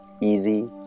easy